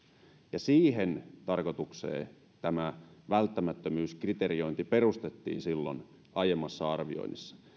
ja siihen tarkoitukseen tämä välttämättömyyskriteriointi perustettiin silloin aiemmassa arvioinnissa